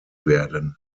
werden